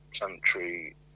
country